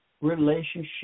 relationship